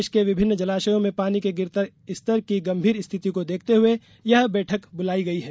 देश के विभिन्न जलाशयों में पानी के गिरते स्तर की गम्भीर स्थिति को देखते हुए यह बैठक बुलाई गई है